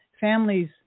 Families